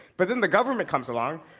but then the government comes along.